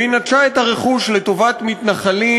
והיא נטשה את הרכוש לטובת מתנחלים